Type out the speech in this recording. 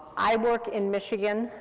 i work in michigan,